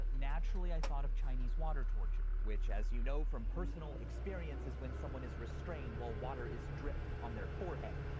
naturally, i thought of chinese water torture, which as you know from personal experience, is when someone is restrained while water is dripped on their forehead.